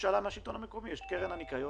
שעלה מהשלטון המקומי יש קרן הניקיון,